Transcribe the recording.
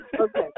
Okay